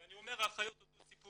ואני אומר האחיות אותו סיפור.